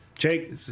Jake